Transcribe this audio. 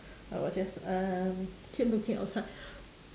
I was just um keep looking outside